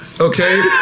Okay